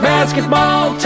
Basketball